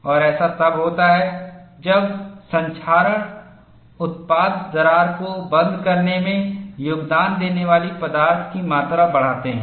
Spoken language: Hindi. और ऐसा तब होता है जब संक्षारण उत्पाद दरार को बंद करने में योगदान देने वाली पदार्थ की मात्रा बढ़ाते हैं